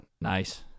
Nice